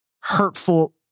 hurtful